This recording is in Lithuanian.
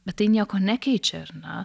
bet tai nieko nekeičia ar ne